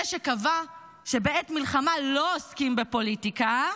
זה שקבע שבעת מלחמה לא עוסקים בפוליטיקה,